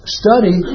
study